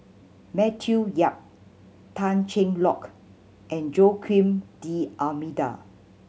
Matthew Yap Tan Cheng Lock and Joaquim D'Almeida